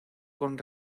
con